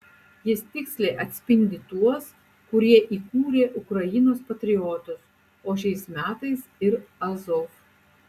jis tiksliai atspindi tuos kurie įkūrė ukrainos patriotus o šiais metais ir azov